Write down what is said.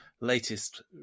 Latest